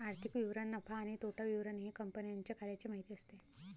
आर्थिक विवरण नफा आणि तोटा विवरण हे कंपन्यांच्या कार्याची माहिती असते